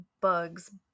bugs